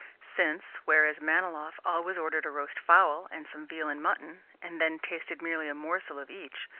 since, whereas manilov always ordered a roast fowl and some veal and mutton, and then tasted merely a morsel of each,